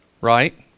right